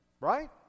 right